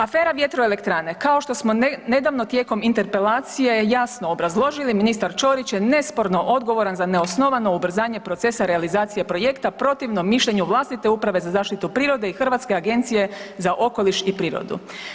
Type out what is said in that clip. Afera vjetroelektrane, kao što smo nedavno tijekom interpelacije jasno obrazložili ministar Ćorić je nesporno odgovoran za neosnovano ubrzanje procesa realizacije projekta protivno mišljenju vlastite Uprave za zaštitu prirode i Hrvatske agencije za okoliš i prirodu.